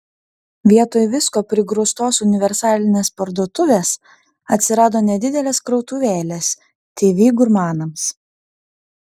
vietoj visko prigrūstos universalinės parduotuvės atsirado nedidelės krautuvėlės tv gurmanams